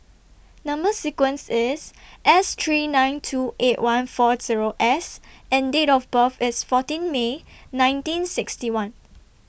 Number sequence IS S three nine two eight one four Zero S and Date of birth IS fourteen May nineteen sixty one